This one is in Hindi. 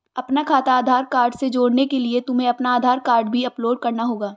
अपना खाता आधार कार्ड से जोड़ने के लिए तुम्हें अपना आधार कार्ड भी अपलोड करना होगा